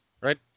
right